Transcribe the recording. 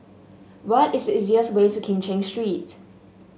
what is the easiest way to Kim Cheng Street